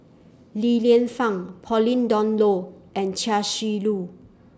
Li Lienfung Pauline Dawn Loh and Chia Shi Lu